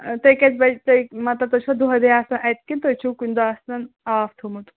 تُہۍ کٔژِ بَجہِ تُہۍ مطلب تُہۍ چھِوٕ دۅہَے دۅہَے آسان اَتہِ کِنہٕ تُہۍ چھِوٕ کُنہِ دۅہ آسان آف تھوٚومُت